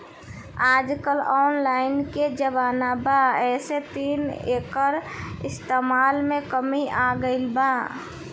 आजकल ऑनलाइन के जमाना बा ऐसे तनी एकर इस्तमाल में कमी आ गइल बा